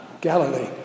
Galilee